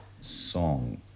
song